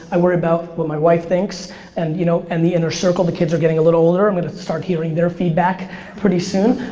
i worry about what my wife thinks and, you know, and the inner circle. the kids are getting a little older, i'm gonna start hearing their feedback pretty soon.